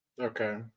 Okay